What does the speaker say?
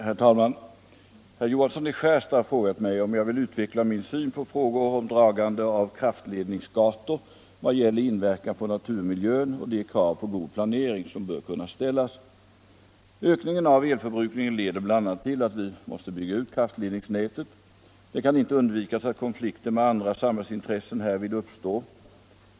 Herr talman! Herr Johansson i Skärstad har frågat mig om jag vill utveckla min syn på frågor om dragande av kraftledningsgator vad gäller inverkan på naturmiljön och de krav på god planering som bör kunna ställas. Ökningen av elförbrukningen leder bl.a. till att vi måste bygga ut kraftledningsnätet. Det kan inte undvikas att konflikter med andra samhällsintressen härvid uppstår.